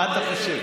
מה אתה חושב?